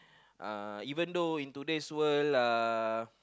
uh even though in today's world uh